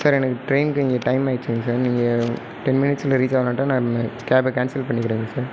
sir எனக்கு டிரெயினுக்கு இங்கே டைம் ஆகிடுச்சிங்க சார் நீங்கள் டென் மினிட்ஸில் ரீச் ஆகாவிட்டா நான் கேபை கேன்சல் பண்ணிக்கிறேங்க சார்